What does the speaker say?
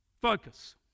Focus